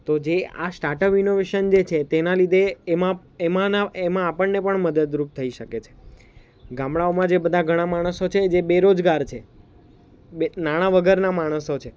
તો જે આ સ્ટાર્ટઅપ ઇનોવેશન જે છે તેના લીધે એમાં એમાંના એમાં આપણને પણ મદદરૂપ થઈ શકે છે ગામડાઓમાં જે બધા ઘણા માણસો છે જે બેરોજગાર છે બે નાણાં વગરના માણસો છે